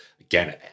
Again